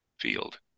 field